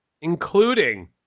including